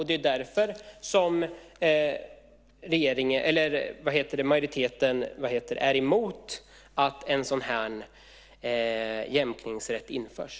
Det är därför som majoriteten är emot att en sådan här jämkningsrätt införs.